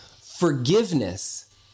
Forgiveness